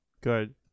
good